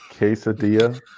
quesadilla